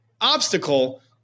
obstacle